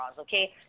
okay